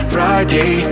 Friday